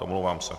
Omlouvám se.